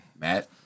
Matt